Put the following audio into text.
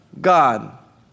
God